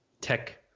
tech